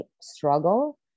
struggle